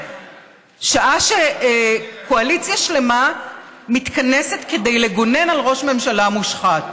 שעה שקואליציה שלמה מתכנסת כדי לגונן על ראש ממשלה מושחת